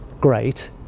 great